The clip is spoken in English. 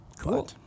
Cool